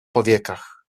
powiekach